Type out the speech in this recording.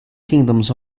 kingdoms